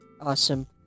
Awesome